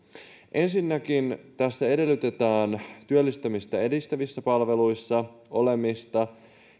ensinnäkin tässä edellytetään työllistämistä edistävissä palveluissa olemista